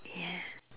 yes